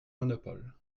monopole